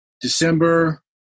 December